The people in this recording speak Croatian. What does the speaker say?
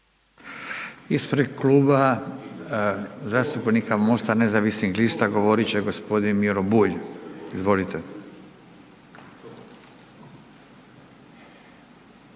Ispred Kluba zastupnika MOST-a nezavisnih lista govorit će gospodin Miro Bulj. Izvolite.